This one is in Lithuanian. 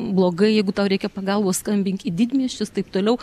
blogai jeigu tau reikia pagalbos skambink į didmiesčius taip toliau